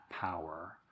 power